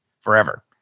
forever